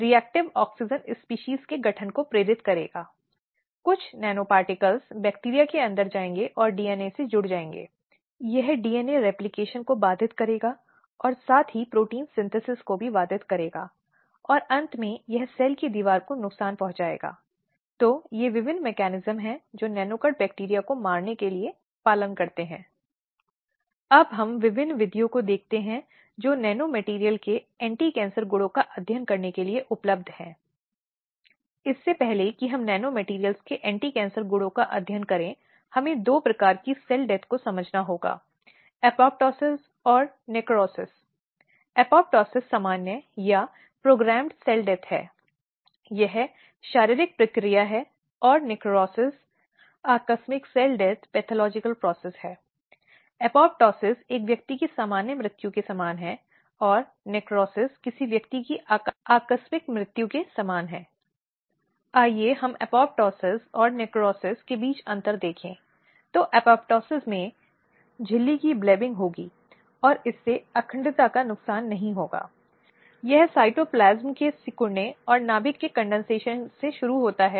लेकिन यह महत्वपूर्ण है कि डॉक्टर अन्य चिकित्सा कर्मचारी जो ऐसी महिलाओं की जांच में शामिल हैं कुछ सहानुभूति प्रदर्शित करते हों महिलाओं के प्रति थोड़ा ध्यान रखते हों वे प्रक्रियाएँ करते हों जो स्थापित होंगी या अन्यथा अपराधी ठहराने के लिए इंगित करें लेकिन यह दिखाने के लिए नहीं कि क्या उसे संभोग करने की आदत है अनिवार्य रूप से टू फिंगर टेस्ट केवल सक्षम है